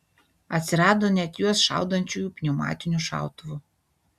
atsirado net juos šaudančiųjų pneumatiniu šautuvu